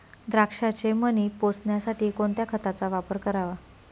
द्राक्षाचे मणी पोसण्यासाठी कोणत्या खताचा वापर करावा?